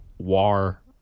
War